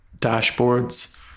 dashboards